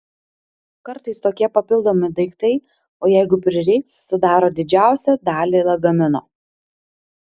kartais tokie papildomi daiktai o jeigu prireiks sudaro didžiausią dalį lagamino